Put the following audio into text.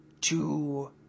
two